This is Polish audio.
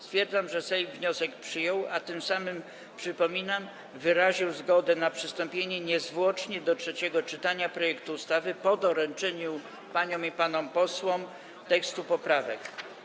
Stwierdzam, że Sejm wniosek przyjął, a tym samym - przypominam - wyraził zgodę na przystąpienie niezwłocznie do trzeciego czytania projektu ustawy po doręczeniu paniom i panom posłom tekstów poprawek.